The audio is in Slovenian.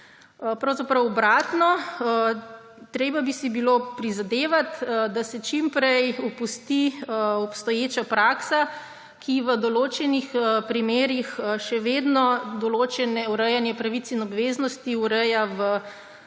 Pravzaprav obratno, treba bi si bilo prizadevati, da se čim prej opusti obstoječa praksa, ki v določenih primerih še vedno določene urejanje pravic in obveznosti ureja v